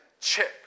chip